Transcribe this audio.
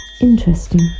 Interesting